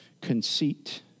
conceit